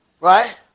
right